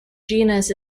genus